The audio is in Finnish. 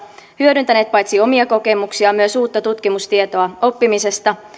hyödyntäneet paitsi omia kokemuksiaan myös uutta tutkimustietoa oppimisesta